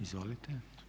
Izvolite.